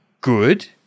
good